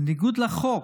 בניגוד לחוק,